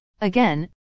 Again